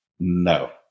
No